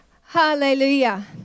Hallelujah